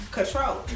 Control